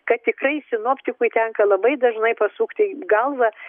kad tikrai sinoptikui tenka labai dažnai pasukti galvą